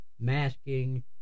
masking